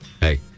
Hey